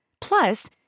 Plus